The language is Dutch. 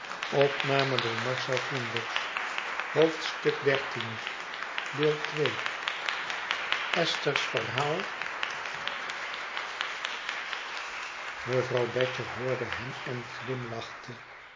mevrouw badger hoorde hem en glimlachte